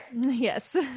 Yes